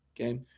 Okay